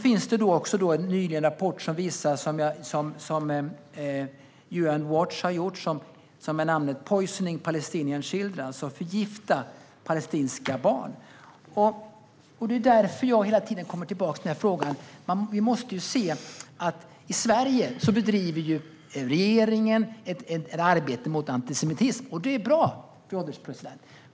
UN Watch har nyligen kommit med en rapport som bär namnet Poisoning Palestinian Children , alltså "förgifta palestinska barn". Det är därför jag hela tiden kommer tillbaka till den här frågan. I Sverige bedriver regeringen ett arbete mot antisemitism, och det är bra, fru ålderspresident.